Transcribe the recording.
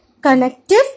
connective